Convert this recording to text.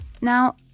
Now